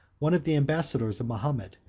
one of the ambassadors of mahomet,